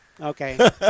Okay